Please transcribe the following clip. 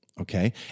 okay